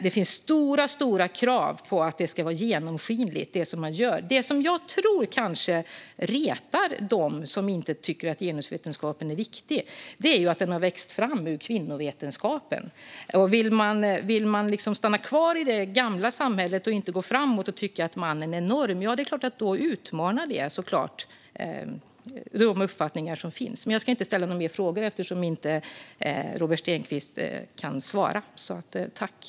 Det finns höga krav på att det man gör ska vara genomskinligt. Det jag tror retar dem som inte tycker att genusvetenskapen är viktig är att den har vuxit fram ur kvinnovetenskapen. För dem som liksom vill stanna kvar i det gamla samhället och inte gå framåt och som tycker att mannen är norm utmanar den såklart de uppfattningar som finns. Men jag ska inte ställa några fler frågor eftersom Robert Stenkvist inte kan svara.